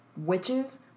Witches